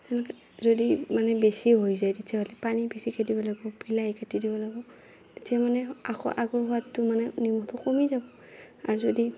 সেনেকৈ যদি মানে বেছি হৈ যায় তিতে হ'লে পানী বেছিকৈ দিবা লাগবো বিলাহী কাটি দিবা লাগবো তিতে মানে আকৌ আগৰ সোৱাদটো মানে নিমখটো কমি যাব আৰু যদি